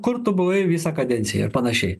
kur tu buvai visą kadenciją ir panašiai